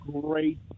Great